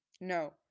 No